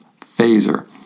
phaser